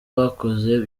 bakoze